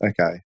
Okay